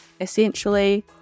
essentially